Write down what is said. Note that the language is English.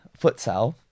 futsal